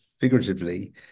figuratively